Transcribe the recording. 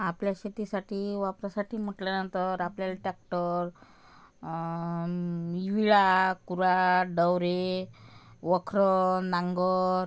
आपल्या शेतीसाठी वापरासाठी म्हटल्यानंतर आपल्याला टॅक्टर विळा कुऱ्हाड डवरे वखरं नांगर